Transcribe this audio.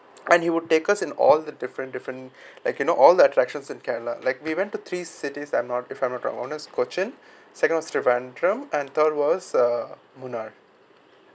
and he would take us in all the different different like you know all the attractions in kerala like we went to three cities I'm not if I'm not wrong cochin second was trivandrum and third was uh munnar